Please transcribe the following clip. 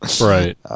Right